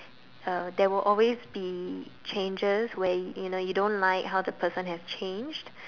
uh there will always be changes where you know you don't like how the person has changed